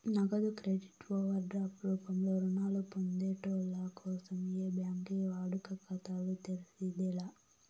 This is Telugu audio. నగదు క్రెడిట్ ఓవర్ డ్రాప్ రూపంలో రుణాలు పొందేటోళ్ళ కోసం ఏ బ్యాంకి వాడుక ఖాతాలు తెర్సేది లా